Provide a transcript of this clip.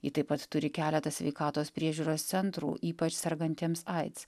ji taip pat turi keletą sveikatos priežiūros centrų ypač sergantiems aids